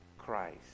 Christ